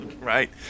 Right